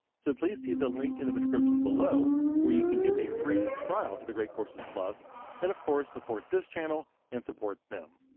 so please see the link in the description below where you can get a free trial to the great courses plus and of course support this channel and support them.